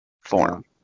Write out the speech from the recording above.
form